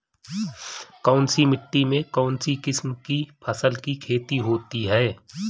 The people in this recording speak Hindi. कौनसी मिट्टी में कौनसी किस्म की फसल की खेती होती है?